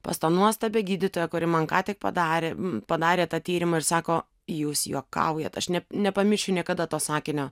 pas tą nuostabią gydytoją kuri man ką tik padarė padarė tą tyrimą ir sako jūs juokaujat aš ne nepamiršiu niekada to sakinio